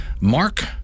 Mark